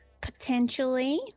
Potentially